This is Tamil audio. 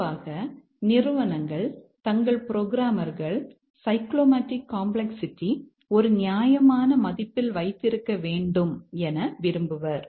பொதுவாக நிறுவனங்கள் தங்கள் புரோகிராமர்கள் சைக்ளோமேடிக் காம்ப்ளக்ஸ்சிட்டி ஒரு நியாயமான மதிப்பில் வைத்திருக்க வேண்டும் என விரும்புவர்